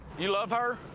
you love her?